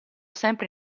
sempre